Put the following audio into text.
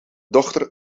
dochter